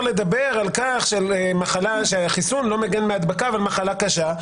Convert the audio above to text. לדבר על מחלה שהחיסון לא מגן מהדבקה אבל ממחלה קשה,